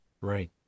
right